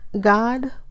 God